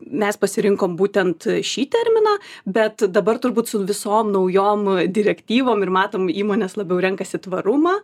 mes pasirinkom būtent šį terminą bet dabar turbūt su visom naujom direktyvom ir matom įmonės labiau renkasi tvarumą